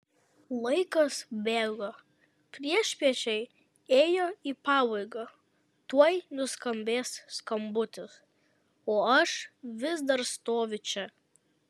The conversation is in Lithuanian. laikas bėgo priešpiečiai ėjo į pabaigą tuoj nuskambės skambutis o aš vis dar stoviu čia